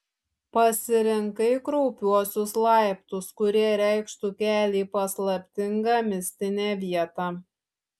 pasirinkai kraupiuosius laiptus kurie reikštų kelią į paslaptingą mistinę vietą